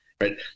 Right